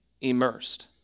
immersed